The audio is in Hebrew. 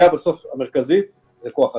בסוף, הבעיה המרכזית זה כוח אדם.